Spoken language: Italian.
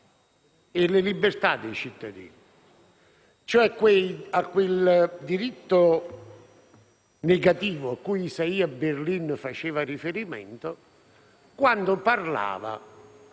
e alle libertà dei cittadini, e cioè quel diritto negativo cui Isaiah Berlin faceva riferimento quando parlava